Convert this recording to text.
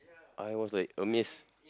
I was like amazed